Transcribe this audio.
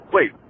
Wait